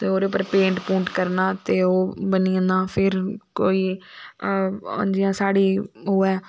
ते ओहदे उप्पर पेंट करना ते ओह् बनी जंदी हा फिर कोई हून जियां साढ़ी ओह् ऐ